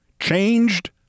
changed